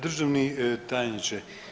Državni tajniče.